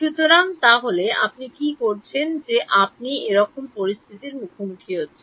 সুতরাং তাহলে আপনি কী করছেন যে আপনি এইরকম পরিস্থিতির মুখোমুখি হয়েছেন